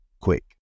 quick